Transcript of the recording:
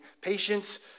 Patience